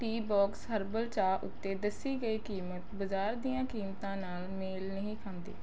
Teabox herbal ਚਾਹ ਉੱਤੇ ਦੱਸੀ ਗਈ ਕੀਮਤ ਬਾਜ਼ਾਰ ਦੀਆਂ ਕੀਮਤਾਂ ਨਾਲ਼ ਮੇਲ ਨਹੀਂ ਖਾਂਦੀ